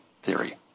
theory